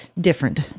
different